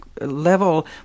level